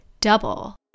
Double